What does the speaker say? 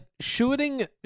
shooting